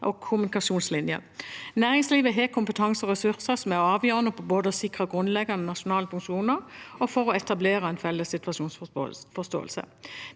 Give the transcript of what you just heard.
og kommunikasjonslinjer. Næringslivet har kompetanse og ressurser som er avgjørende både for å sikre grunnleggende nasjonale funksjoner og for å etablere en felles situasjonsforståelse.